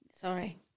Sorry